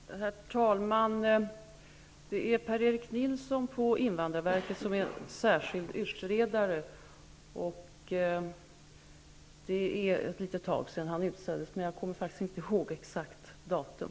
Herr talman! Det är Per-Erik Nilsson på invandrarverket som är särskild utredare. Det är ett litet tag sedan han utsågs, men jag kommer faktiskt inte ihåg exakt datum.